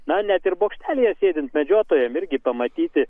na net ir bokštelyje sėdint medžiotojam irgi pamatyti